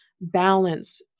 balance